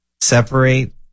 separate